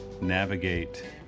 navigate